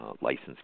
license